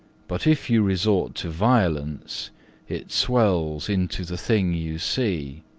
but if you resort to violence it swells into the thing you see.